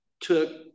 took